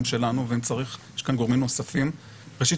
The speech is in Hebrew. שלנו ואם צריך יש כאן גורמים נוספים ראשית,